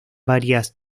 varias